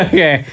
Okay